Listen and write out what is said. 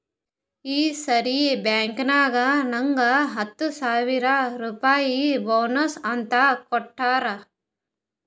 ಈ ಸರಿ ಬ್ಯಾಂಕ್ನಾಗ್ ನಂಗ್ ಹತ್ತ ಸಾವಿರ್ ರುಪಾಯಿ ಬೋನಸ್ ಅಂತ್ ಕೊಟ್ಟಾರ್